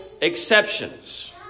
exceptions